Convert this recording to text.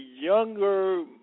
younger